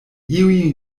iuj